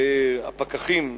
הפקחים,